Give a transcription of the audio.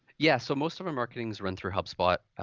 yeah, so most of our marketing is run through hubspot.